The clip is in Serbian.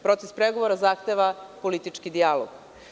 Proces pregovora zahteva politički dijalog.